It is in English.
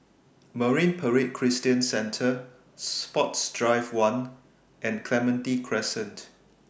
Marine Parade Christian Centre Sports Drive one and Clementi Crescent